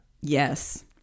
Yes